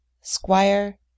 Squire